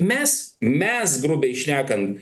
mes mes grubiai šnekan